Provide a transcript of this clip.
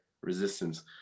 resistance